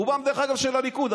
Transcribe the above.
רובם, דרך אגב, של הליכוד.